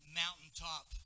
mountaintop